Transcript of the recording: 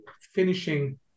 finishing